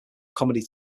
comedy